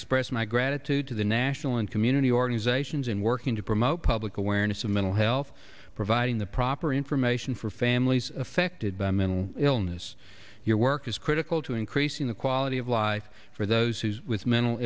express my gratitude to the national and community organizations in working to promote public awareness of mental health providing the proper information for families affected by mental illness your work is critical to increasing the quality of life for those with mental